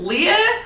Leah